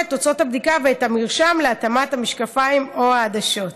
את תוצאות הבדיקה ואת המרשם להתאמת המשקפיים או העדשות.